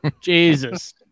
Jesus